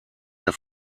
der